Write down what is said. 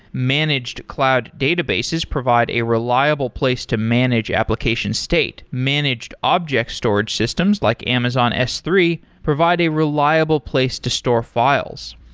managed cloud databases provide a reliable place to manage application state. managed object storage systems, like amazon s three, provide a reliable place to store files.